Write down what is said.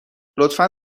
لطفا